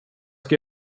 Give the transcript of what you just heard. ska